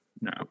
No